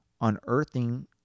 unearthing